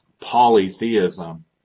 polytheism